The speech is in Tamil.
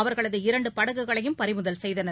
அவர்களது இரண்டு படகுகளையும் பறிமுதல் செய்தனர்